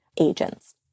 agents